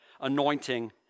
anointing